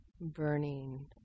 burning